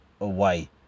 away